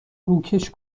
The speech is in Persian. روکش